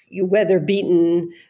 weather-beaten